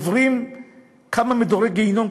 עוברים כמה מדורי גיהינום,